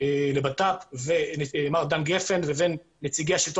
לביטחון פנים מר דן גפן לבין נציגי השלטון